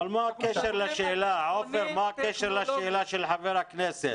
עופר, מה הקשר לשאלה של חבר הכנסת?